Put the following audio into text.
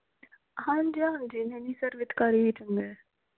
ਹਾਂਜੀ ਹਾਂਜੀ ਨਹੀਂ ਸਰਬਿਤਕਾਰੀ ਵੀ ਚੰਗਾ ਹੈ